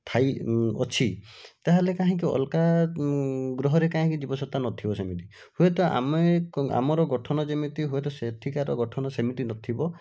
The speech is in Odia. ଥାଇ ଅଛି ତା'ହେଲେ କାହିଁକି ଅଲଗା ଗ୍ରହରେ କାହିଁକି ଜୀବସତ୍ତା ନଥିବ ସେମିତି ହୁଏତ ଆମେ ଆମର ଗଠନ ଯେମିତି ହୁଏତ ସେଠିକାର ଗଠନ ସେମିତି ନଥିବ